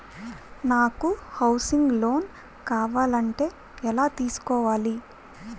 నాకు housing loan కావాలంటే ఎలా తీసుకోవాలి?